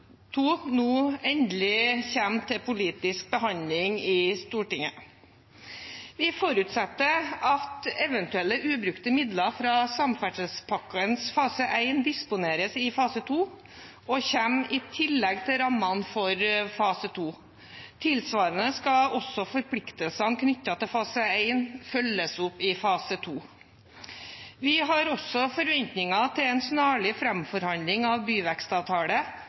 nå endelig kommer til politisk behandling i Stortinget. Vi forutsetter at eventuelle ubrukte midler fra samferdselspakkens fase 1 disponeres i fase 2 og kommer i tillegg til rammene for fase 2. Tilsvarende skal også forpliktelsene knyttet til fase 1 følges opp i fase 2. Vi har også forventninger til en snarlig framforhandling av byvekstavtale